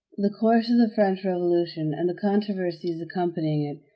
the course of the french revolution and the controversies accompanying it,